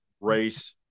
race